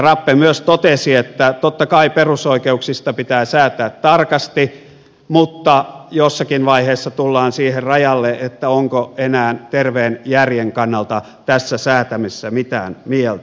rappe myös totesi että totta kai perusoikeuksista pitää säätää tarkasti mutta jossakin vaiheessa tullaan siihen rajalle onko enää terveen järjen kannalta tässä säätämisessä mitään mieltä